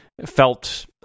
Felt